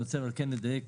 אני רוצה כן לדייק